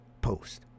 post